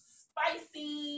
spicy